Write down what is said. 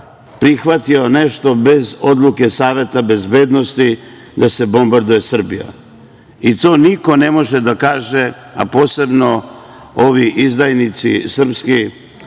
prihvatio nešto bez odluke Saveta bezbednosti da se bombarduje Srbija i to niko ne može da kaže, a posebno ovi izdajnici srpski,